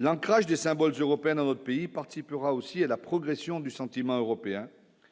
l'ancrage des symboles européens dans notre pays, participera aussi à la progression du sentiment européen,